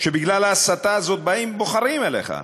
שבגלל ההסתה הזאת באים בוחרים אליך.